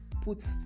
put